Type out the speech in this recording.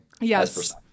yes